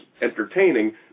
entertaining